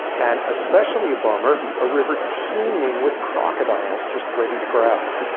and especially a bummer, a river teeming with crocodiles just ready to grab them.